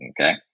okay